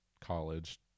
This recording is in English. college